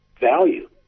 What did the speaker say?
value